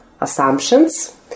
assumptions